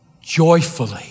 joyfully